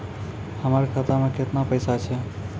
हमर खाता मैं केतना पैसा छह?